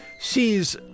sees